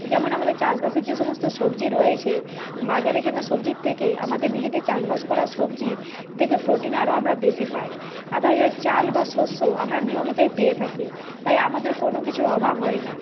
যেমন আমাদের চাষবাসের যে সমস্ত সবজি রয়েছে বাজারে কেনা সবজির থেকে আমাদের নিজেদের চাষবাস করা সবজি থেকে প্রোটিন আরও আমরা বেশি পাই আর তাছাড়া চাল বা শস্য আমরা নিয়মিতই পেয়ে থাকি তাই আমাদের কোন কিছুর অভাব হয় না